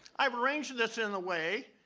i've arranged this in a way,